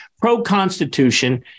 pro-constitution